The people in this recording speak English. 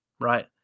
right